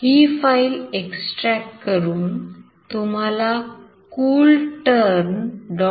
ही file extract करून तुम्हाला CoolTerm